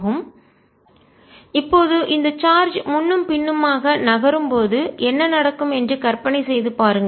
Total power q24A212π0c3 இப்போது இந்த charge முன்னும் பின்னுமாக நகரும் போது என்ன நடக்கும் என்று கற்பனை செய்து பாருங்கள்